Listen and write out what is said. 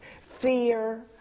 fear